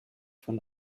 von